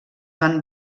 van